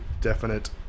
definite